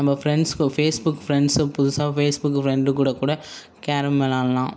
நம்ம ஃபிரெண்ட்ஸ் இப்போது Facebook friends புதுசாக ஃபேஸ் புக் ஃபிரெண்ட் கூட கூட கேரம் விளையாட்லாம்